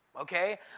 okay